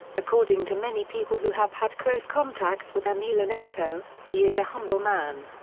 according to many people who have had close contact with emelianenko, he is a humble man.